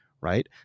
right